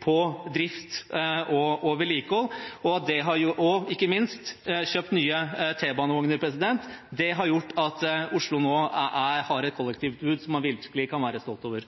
på drift og vedlikehold, og man har – ikke minst – kjøpt nye T-banevogner. Det har gjort at Oslo nå har et kollektivtilbud som man virkelig kan være stolt av.